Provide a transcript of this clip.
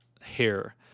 hair